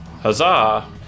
Huzzah